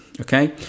okay